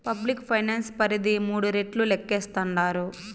public finance పరిధి మూడు రెట్లు లేక్కేస్తాండారు